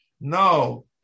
No